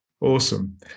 awesome